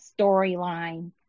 storyline